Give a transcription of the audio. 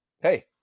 Hey